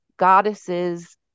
goddesses